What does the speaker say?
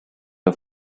are